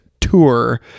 tour